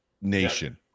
nation